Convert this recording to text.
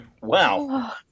wow